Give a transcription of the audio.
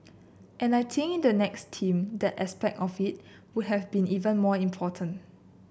and I think in the next team that aspect of it would have be even more important